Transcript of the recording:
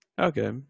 Okay